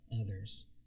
others